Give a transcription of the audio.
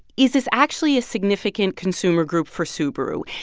is this actually a significant consumer group for subaru?